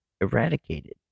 eradicated